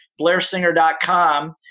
blairsinger.com